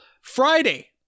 Friday